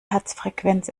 herzfrequenz